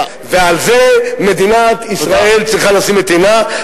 ועל זה מדינת ישראל צריכה לשים את עינה,